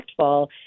impactful